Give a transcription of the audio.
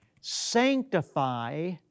sanctify